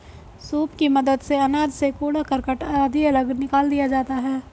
soup की मदद से अनाज से कूड़ा करकट आदि अलग निकाल दिया जाता है